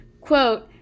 quote